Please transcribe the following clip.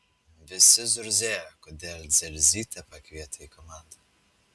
visi zurzėjo kodėl dzelzytę pakvietė į komandą